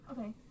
Okay